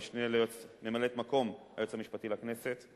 ממלאת-מקום היועץ המשפטי לכנסת,